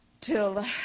till